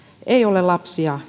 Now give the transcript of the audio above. ei ole lapsia